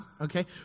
okay